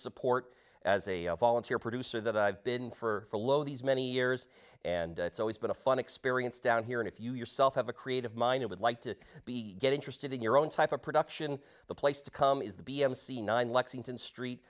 support as a volunteer producer that i've been for lo these many years and it's always been a fun experience down here and if you yourself have a creative mind you would like to be get interested in your own type of production the place to come is the b m c nine lexington street